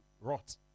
rot